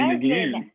again